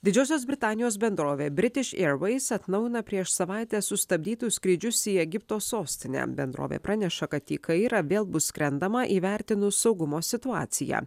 didžiosios britanijos bendrovė british airways atnaujina prieš savaitę sustabdytus skrydžius į egipto sostinę bendrovė praneša kad į kairą vėl bus skrendama įvertinus saugumo situaciją